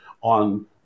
on